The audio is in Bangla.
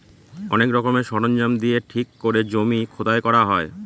অনেক রকমের সরঞ্জাম দিয়ে ঠিক করে জমি খোদাই করা হয়